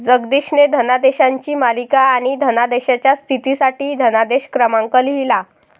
जगदीशने धनादेशांची मालिका आणि धनादेशाच्या स्थितीसाठी धनादेश क्रमांक लिहिला